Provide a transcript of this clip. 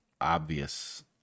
obvious